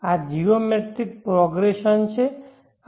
આ geometric progression છે